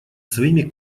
своими